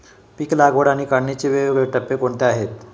पीक लागवड आणि काढणीचे वेगवेगळे टप्पे कोणते आहेत?